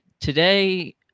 today